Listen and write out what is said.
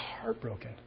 heartbroken